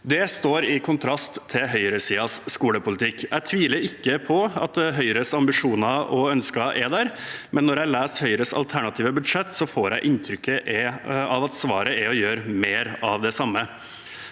Det står i kontrast til høyresidens skolepolitikk. Jeg tviler ikke på at Høyres ambisjoner og ønsker er der, men når jeg leser Høyres alternative budsjett, får jeg inntrykk av at svaret er å gjøre mer av det samme.